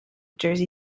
jersey